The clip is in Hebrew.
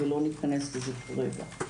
אבל לא ניכנס לזה כרגע.